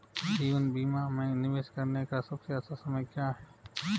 जीवन बीमा में निवेश करने का सबसे अच्छा समय क्या है?